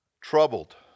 troubled